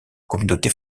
communauté